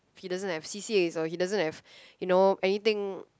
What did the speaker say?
he doesn't have C_C_As he doesn't have you know anything